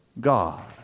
God